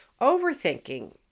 Overthinking